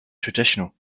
traditional